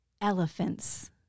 elephants